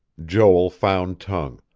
joel found tongue.